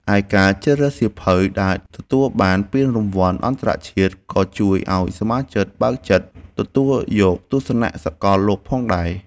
ឯការជ្រើសរើសសៀវភៅដែលទទួលបានពានរង្វាន់អន្តរជាតិ ក៏ជួយឱ្យសមាជិកបើកចិត្តទទួលយកទស្សនៈសកលលោកផងដែរ។